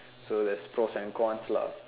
so there's pros and cons lah